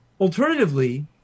Alternatively